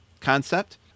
concept